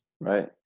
Right